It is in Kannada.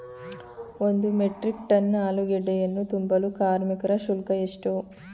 ಒಂದು ಮೆಟ್ರಿಕ್ ಟನ್ ಆಲೂಗೆಡ್ಡೆಯನ್ನು ತುಂಬಲು ಕಾರ್ಮಿಕರ ಶುಲ್ಕ ಎಷ್ಟು?